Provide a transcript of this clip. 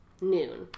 noon